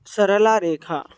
सरला रेखा